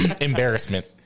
Embarrassment